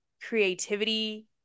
creativity